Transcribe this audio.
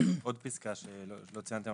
עוד פסקה שלא ציינתם